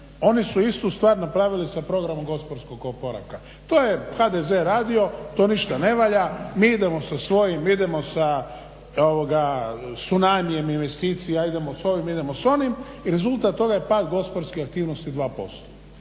oni su istu stvar napravili sa programom gospodarskog oporavka. To je HDZ radio, to ništa ne valja, mi idemo sa svojim, mi idemo sa …/Govornik se ne razumije./… investicija, idemo s ovim, idemo s onim i rezultat toga je pad gospodarske aktivnosti od